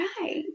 Right